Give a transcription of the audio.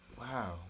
Wow